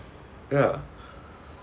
ya